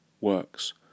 works